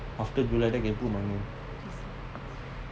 after july then can put my name